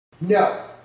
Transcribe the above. No